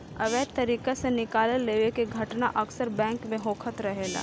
अवैध तरीका से निकाल लेवे के घटना अक्सर बैंक में होखत रहे